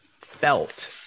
felt